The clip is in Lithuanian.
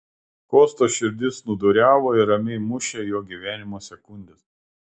kosto širdis snūduriavo ir ramiai mušė jo gyvenimo sekundes